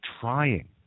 trying